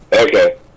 Okay